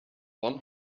one